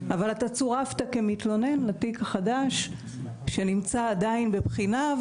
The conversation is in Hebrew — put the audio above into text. אבל אתה צורפת כמתלונן לתיק החדש שנמצא עדיין בבחינה,